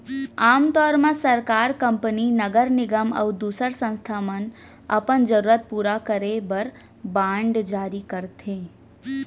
आम तौर म सरकार, कंपनी, नगर निगम अउ दूसर संस्था मन अपन जरूरत पूरा करे बर बांड जारी करथे